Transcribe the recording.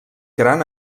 gran